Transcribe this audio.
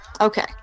Okay